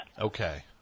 Okay